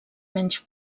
menys